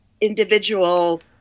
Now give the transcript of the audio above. individual